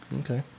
Okay